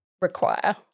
require